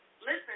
Listen